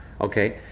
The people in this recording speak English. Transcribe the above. Okay